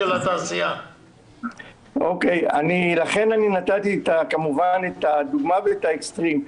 לכן נתתי את הדוגמה ואת האקסטרים.